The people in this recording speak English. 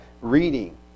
reading